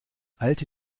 alte